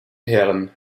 herren